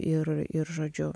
ir ir žodžiu